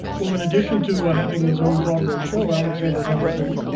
well, in addition to having his own broadway show, alexander hamilton,